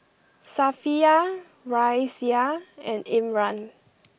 Safiya Raisya and Imran